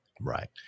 Right